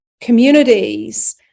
communities